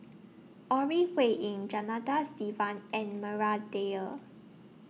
Ore Huiying Janadas Devan and Maria Dyer